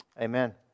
Amen